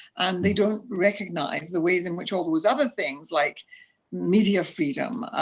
and they don't recognise the ways in which all those other things, like media freedom,